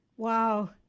Wow